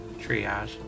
triage